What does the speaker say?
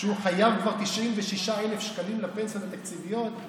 שהוא חייב כבר 96,000 שקלים לפנסיות התקציביות?